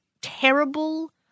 terrible